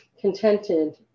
contented